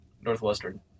Northwestern